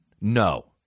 No